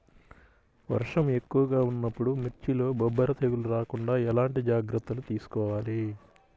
వర్షం ఎక్కువగా ఉన్నప్పుడు మిర్చిలో బొబ్బర తెగులు రాకుండా ఎలాంటి జాగ్రత్తలు తీసుకోవాలి?